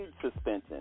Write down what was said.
suspension